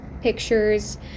pictures